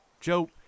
Joe